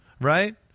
Right